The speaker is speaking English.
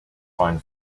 find